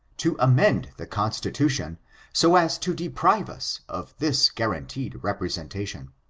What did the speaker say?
to amend the constitution so as to deprive us of this guaranteed representation.